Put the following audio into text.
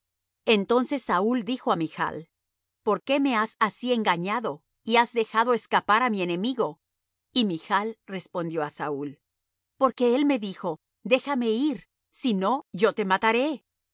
entonces saúl dijo á michl por qué me has así engañado y has dejado escapar á mi enemigo y michl respondió á saúl porque él me dijo déjame ir si no yo te mataré